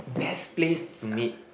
best place to meet